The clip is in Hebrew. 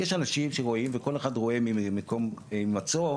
יש אנשים שרואים וכל אחד רואה ממקום המצאו